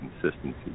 consistency